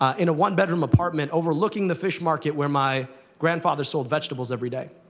in a one-bedroom apartment overlooking the fish market where my grandfather sold vegetables every day.